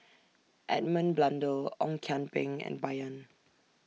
Edmund Blundell Ong Kian Peng and Bai Yan